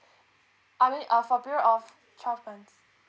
I mean uh for period of twelve months